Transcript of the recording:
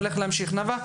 לאינה,